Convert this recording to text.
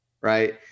Right